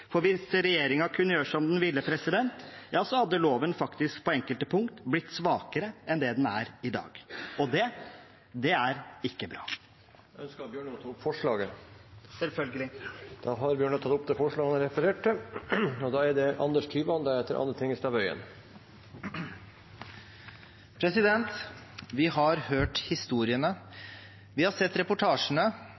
Hvis regjeringen kunne gjøre som den ville, hadde loven faktisk på enkelte punkt blitt svakere enn det den er i dag. Det er ikke bra. Jeg tar opp forslaget Arbeiderpartiet er med på. Representanten Christian Tynning Bjørnø har tatt opp det forslaget har refererte til. Vi har hørt historiene. Vi har sett reportasjene. Vi har møtt elevene som har